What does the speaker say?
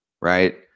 right